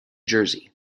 jersey